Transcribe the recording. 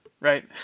right